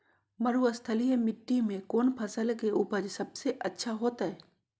मरुस्थलीय मिट्टी मैं कौन फसल के उपज सबसे अच्छा होतय?